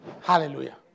Hallelujah